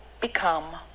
become